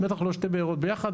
בטח לא שתי בארות ביחד,